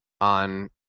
on